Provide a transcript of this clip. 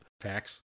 facts